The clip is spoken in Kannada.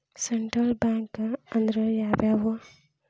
ಸೆಂಟ್ರಲ್ ಬ್ಯಾಂಕ್ ಅಂದ್ರ ಯಾವ್ಯಾವು?